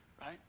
right